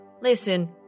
Listen